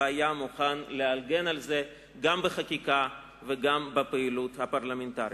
והיה מוכן להגן על זה גם בחקיקה וגם בפעילות הפרלמנטרית.